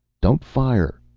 don't fire,